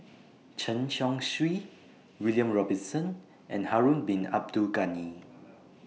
Chen Chong Swee William Robinson and Harun Bin Abdul Ghani